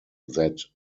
that